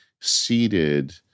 seated